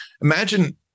imagine